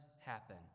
happen